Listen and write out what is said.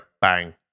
bang